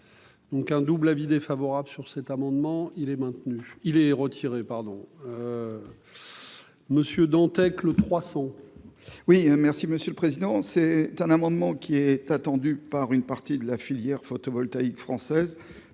Donc un double avis défavorable sur cet amendement, il est maintenu, il est retiré, pardon Monsieur Dantec, le 300. Oui, merci Monsieur le Président, c'est un amendement qui est attendu par une partie de la filière photovoltaïque française